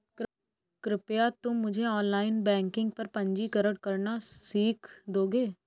कृपया तुम मुझे ऑनलाइन बैंकिंग पर पंजीकरण करना सीख दोगे?